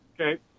Okay